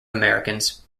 americans